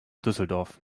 düsseldorf